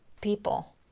people